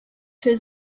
für